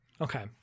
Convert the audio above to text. okay